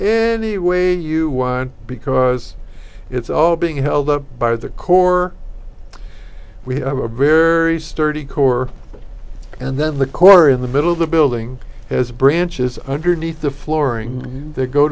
any way you want because it's all being held up by the core we have a very sturdy core and then the core in the middle of the building as branches underneath the flooring they go